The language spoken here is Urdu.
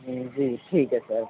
جی ٹھیک ہے سر